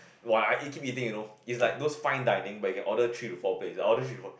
!wah! I eat keep eating you know it's like those fine dining but you can order three to four plate I order three to four